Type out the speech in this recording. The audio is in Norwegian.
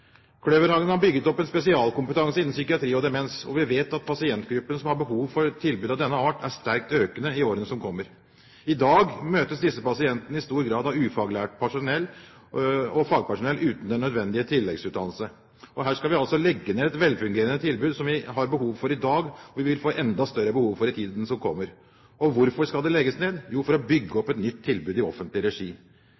Kløverhagen har bygd opp en spesialkompetanse innen psykiatri og demens, og vi vet at pasientgruppen som har behov for et tilbud av denne art, vil være sterkt økende i årene som kommer. I dag møtes disse pasientene i stor grad av ufaglærte og fagpersonell uten nødvendig tilleggsutdannelse. Vi skal altså legge ned et velfungerende tilbud som vi har behov for i dag, og som vi vil få enda større behov for i tiden som kommer. Og hvorfor skal det legges ned? Jo, for å bygge